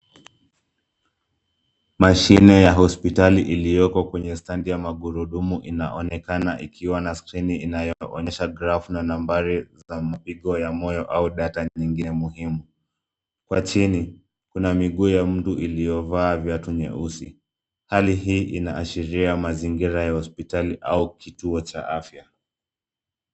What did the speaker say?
Mashine ya hospitali ilioko kwenye standi ya magurudumu inaonekana ikiwa na skrini inaonyesha kirafu na nambari za mabiko ya moyo au data nyingine muhimu, kwa jini kuna miguu ya mtu ilioyovaa viatu nyeusi, hali ii inaashiria mazingira ya hospitali au kituo cha afya.